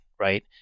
right